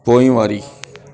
पोइवारी